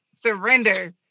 surrender